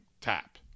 tap